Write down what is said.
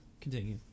Continue